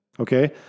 Okay